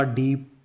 deep